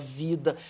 vida